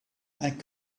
and